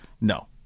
No